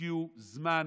שהשקיעו זמן